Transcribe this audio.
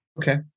Okay